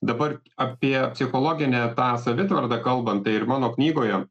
dabar apie psichologinę tą savitvardą kalbant tai ir mano knygoje